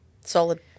solid